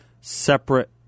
separate